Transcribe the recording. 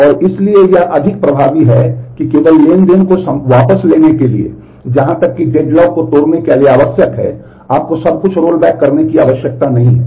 और इसलिए यह अधिक प्रभावी है कि केवल ट्रांज़ैक्शन को वापस लेने के लिए जहां तक कि डेडलॉक को तोड़ने के लिए आवश्यक है आपको सब कुछ रोलबैक करने की आवश्यकता नहीं है